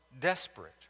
desperate